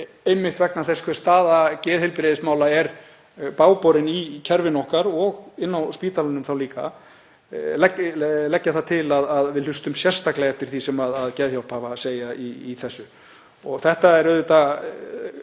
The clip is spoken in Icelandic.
einmitt vegna þess hve staða geðheilbrigðismála er bágborin í kerfinu okkar og inni á spítalanum líka vil ég a.m.k. leggja það til að við hlustum sérstaklega eftir því sem Geðhjálp hefur að segja í þessu.